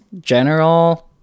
general